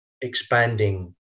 expanding